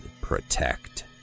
Protect